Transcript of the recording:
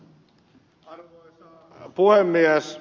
arvoisa puhemies